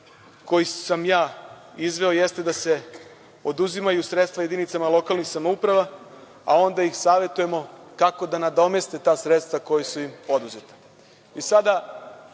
koji sam izveo, jeste da se oduzimaju sredstva jedinicama lokalnih samouprava, a onda ih savetujemo kako da nadomeste ta sredstva koja su im oduzeta.